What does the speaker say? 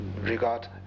Regard